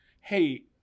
Hey